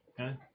Okay